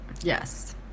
Yes